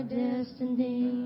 destiny